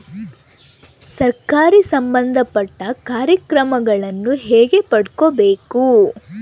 ಸರಕಾರಿ ಸಂಬಂಧಪಟ್ಟ ಕಾರ್ಯಕ್ರಮಗಳನ್ನು ಹೆಂಗ ಪಡ್ಕೊಬೇಕು?